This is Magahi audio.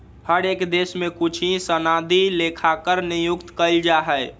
हर एक देश में कुछ ही सनदी लेखाकार नियुक्त कइल जा हई